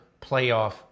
playoff